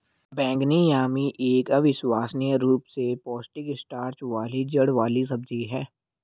बैंगनी यामी एक अविश्वसनीय रूप से पौष्टिक स्टार्च वाली जड़ वाली सब्जी है